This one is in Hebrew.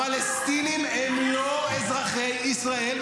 הפלסטינים הם לא אזרחי ישראל,